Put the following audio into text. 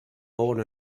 born